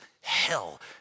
hell